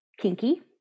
kinky